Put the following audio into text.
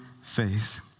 faith